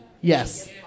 yes